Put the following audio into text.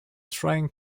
trying